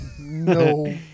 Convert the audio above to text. no